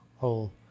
whole